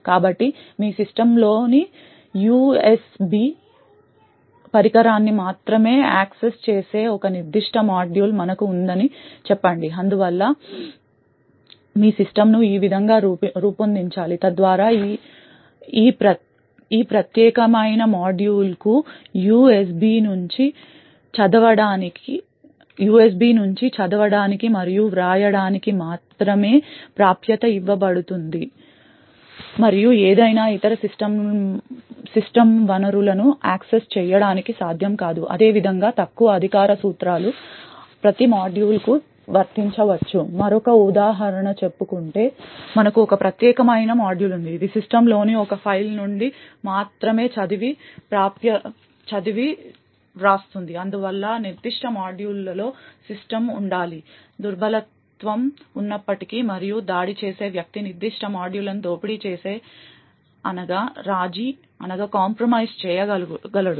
కాబట్టి మీ సిస్టమ్లోని యుఎస్పి పరికరాన్ని మాత్రమే యాక్సెస్ చేసే ఒక నిర్దిష్ట మాడ్యూల్ మనకు ఉందని చెప్పండి అందువల్ల మీ సిస్టమ్ను ఈ విధంగా రూపొందించాలి తద్వారా ఈ ప్రత్యేకమైన మాడ్యూల్కు యుఎస్బి నుంచి చదవడానికి మరియు వ్రాయడానికి మాత్రమే ప్రాప్యత ఇవ్వబడుతుంది మరియు ఏదైనా ఇతర సిస్టమ్ వనరులను ఆక్సెస్ చెయ్యడానికి సాధ్యం కాదు అదే విధంగా తక్కువ అధికార సూత్రాలు ప్రతి మాడ్యూల్కు వర్తించవచ్చు మరొక ఉదాహరణ చెప్పుకుంటే మనకు ఒక ప్రత్యేకమైన మాడ్యూల్ ఉంది ఇది సిస్టమ్లోని ఒక ఫైల్ నుండి మాత్రమే చదివి వ్రాస్తుంది అందువల్ల నిర్దిష్ట మాడ్యూల్లో సిస్టమ్ ఉండాలి దుర్బలత్వం ఉన్నప్పటికీ మరియు దాడి చేసిన వ్యక్తి నిర్దిష్ట మాడ్యూల్ను దోపిడీ చేసి రాజీ చేయగలడు